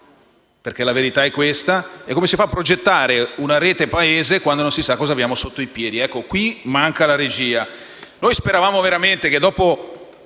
(perché la verità è questa) e come si fa progettare una rete nel Paese quando non si sa cosa abbiamo sotto i piedi. Manca la regia.